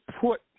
put